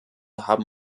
haben